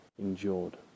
endured